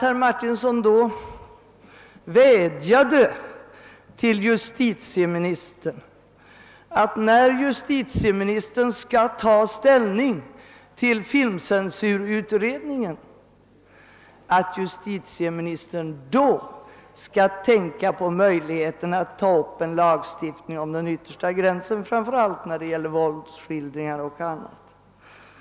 Herr Martinsson vädjade till justitieministern om att denne, när han skall ta ställning till filmcensurutredningen, också skall tänka på möjligheten att få till stånd en lagstiftning om denna yttersta gräns, framför allt när det gäller våldsskildringar men även i fråga om pornografi. Jag är mycket glad över detta.